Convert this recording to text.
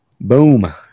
Boom